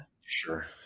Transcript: sure